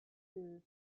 food